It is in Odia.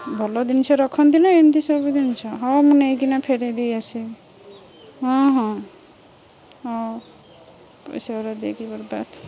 ଭଲ ଜିନିଷ ରଖନ୍ତି ନା ଏମିତି ସବୁ ଜିନିଷ ହଁ ମୁଁ ନେଇକିନା ଫେରେଇଦେଇ ଆସିବି ହଁ ହଁ ହଁ ପଇସାଗୁଡ଼ା ଦେଇକି ବରବାଦ